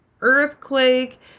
earthquake